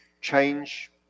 Change